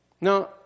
Now